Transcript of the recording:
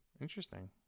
Interesting